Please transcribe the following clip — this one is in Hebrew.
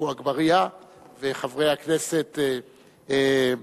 עפו אגבאריה וחברי הכנסת סוייד,